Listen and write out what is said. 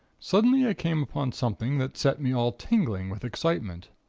suddenly i came upon something that set me all tingling with excitement.